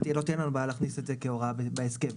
להכניס את זה כהוראה בהסכם,